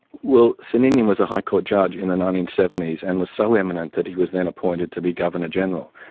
well, sir ninian was a high court judge in the nineteen seventy s and was so eminent that he was then appointed to be governor general.